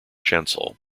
chancel